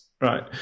Right